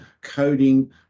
coding